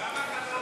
כמה קלוריות?